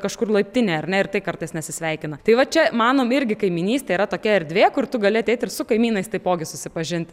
kažkur laiptinėj ar ne ir tai kartais nesisveikina tai va čia manom irgi kaimynystė yra tokia erdvė kur tu gali ateit ir su kaimynais taipogi susipažint